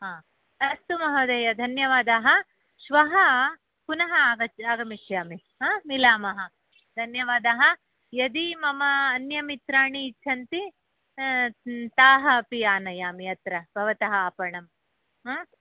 हा अस्तु महोदय धन्यवादाः श्वः पुनः आग आगमिष्यामि हा मिलामः धन्यवादाः यदि मम अन्यमित्राणि इच्छन्ति ताः अपि आनयामि अत्र भवतः आपणं